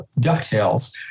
DuckTales